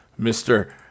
Mr